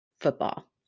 football